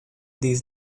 these